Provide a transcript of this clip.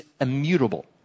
immutable